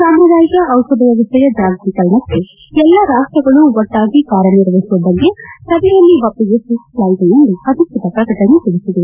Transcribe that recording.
ಸಾಂಪ್ರದಾಯಿಕ ದಿಷಧ ವ್ಯವಸ್ಥೆಯ ಜಾಗತಿಕರಣಕ್ಕೆ ಎಲ್ಲ ರಾಷ್ವಗಳು ಒಟ್ಟಾಗಿ ಕಾರ್ಯನಿರ್ವಹಿಸುವ ಬಗ್ಗೆ ಸಭೆಯಲ್ಲಿ ಒಪ್ಪಿಗೆ ಸೂಚಿಸಲಾಯಿತು ಎಂದು ಅಧಿಕೃತ ಪ್ರಕಟಣೆ ತಿಳಿಸಿದೆ